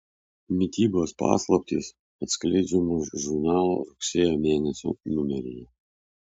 mitybos paslaptys atskleidžiamos žurnalo rugsėjo mėnesio numeryje